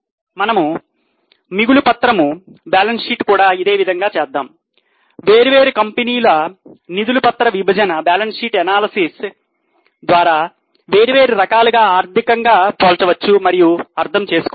మనము మిగులు పత్రము ద్వారా వేర్వేరు రకాలుగా ఆర్థికంగా పోల్చవచ్చు మరియు అర్థం చేసుకోవచ్చు